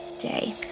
day